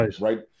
Right